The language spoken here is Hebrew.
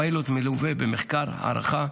הפיילוט מלווה במחקר הערכה,